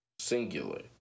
singular